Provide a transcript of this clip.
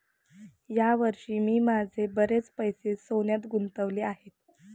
या वर्षी मी माझे बरेच पैसे सोन्यात गुंतवले आहेत